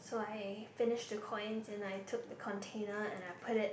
so I finish the coins and I took the container and I put it